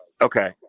okay